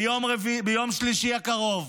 ביום שלישי הקרוב